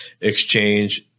exchange